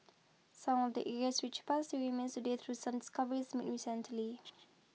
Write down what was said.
some of the area's rich past remains today through some discoveries made recently